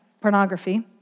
pornography